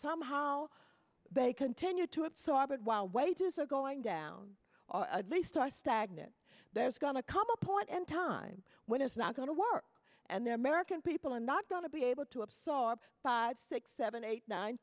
somehow they continue to so i bet while wages are going down the east are stagnant there's going to come a point in time when it's not going to work and their american people are not going to be able to have saw five six seven eight nine